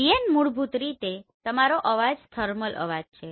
Pn મૂળભૂત રીતે તમારો અવાજ થર્મલ અવાજ છે